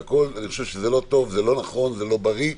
זה לא בריא,